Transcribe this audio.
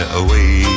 away